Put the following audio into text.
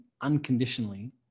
unconditionally